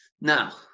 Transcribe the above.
Now